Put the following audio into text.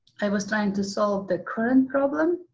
i was trying to solve the current problem,